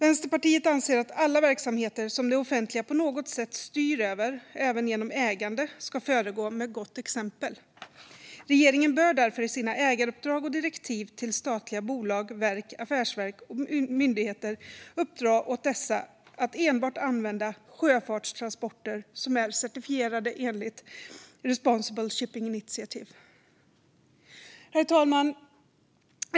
Vänsterpartiet anser att alla verksamheter som det offentliga på något sätt styr över, även genom ägande, ska föregå med gott exempel. Regeringen bör därför i sina ägaruppdrag och direktiv till statliga bolag, verk, affärsverk och myndigheter uppdra åt dessa att enbart använda sjöfartstransporter som är certifierade enligt Responsible Shipping Initiative. Herr talman!